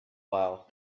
while